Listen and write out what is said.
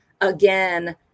again